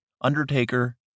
Undertaker